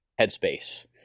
headspace